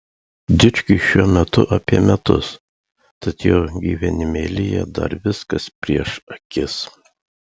dičkiui šiuo metu apie metus tad jo gyvenimėlyje dar viskas prieš akis